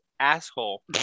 Asshole